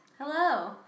Hello